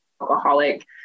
alcoholic